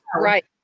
right